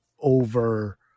over